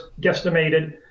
guesstimated